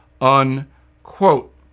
unquote